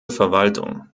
verwaltung